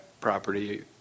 property